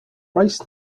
braced